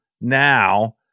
now